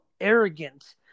arrogant